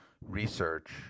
research